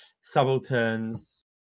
subalterns